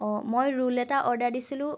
অ মই ৰোল এটা অৰ্ডাৰ দিছিলোঁ